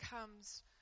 comes